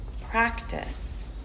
practice